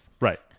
right